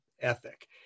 ethic